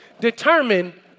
determine